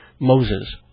Moses